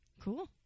cool